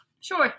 Sure